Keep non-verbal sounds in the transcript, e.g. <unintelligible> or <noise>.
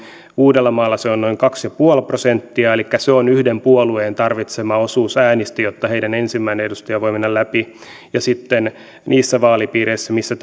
uudellamaalla se on noin kaksi pilkku viisi prosenttia elikkä se on yhden puolueen tarvitsema osuus äänistä jotta heidän ensimmäinen edustajansa voi mennä läpi ja sitten niissä vaalipiireissä missä <unintelligible>